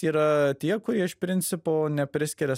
yra tie kurie iš principo nepriskiria